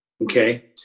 Okay